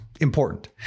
important